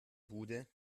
bude